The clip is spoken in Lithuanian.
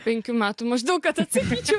penkių metų maždaug kad atsakyčiau